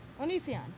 Onision